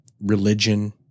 religion